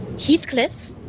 Heathcliff